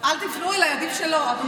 אל תפנו אליי, עדיף שלא.